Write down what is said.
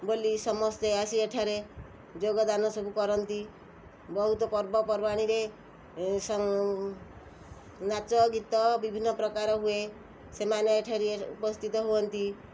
ବୋଲି ସମସ୍ତେ ଆସି ଏଠାରେ ଯୋଗଦାନ ସବୁ କରନ୍ତି ବହୁତ ପର୍ବପର୍ବାଣିରେ ନାଚଗୀତ ବିଭିନ୍ନ ପ୍ରକାର ହୁଏ ସେମାନେ ଏଠାରେ ଉପସ୍ଥିତ ହୁଅନ୍ତି